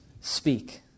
speak